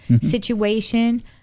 situation